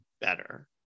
better